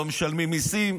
לא משלמים מיסים,